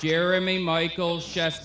jeremy michaels just